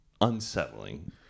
unsettling